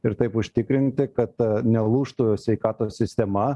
ir taip užtikrinti kad nelūžtų sveikatos sistema